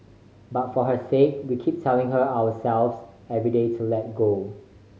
but for her sake we keep telling her and ourselves every day to let go